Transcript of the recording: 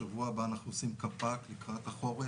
שבוע הבא אנחנו עושים קפ"ק לקראת החורף,